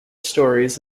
stories